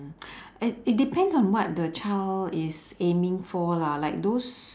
i~ it depends on what the child is aiming for lah like those